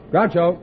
Groucho